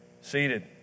seated